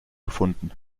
gefunden